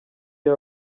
iyo